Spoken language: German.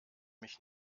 mich